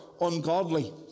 ungodly